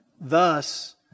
Thus